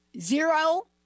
zero